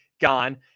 gone